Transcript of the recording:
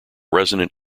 resonant